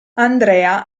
andrea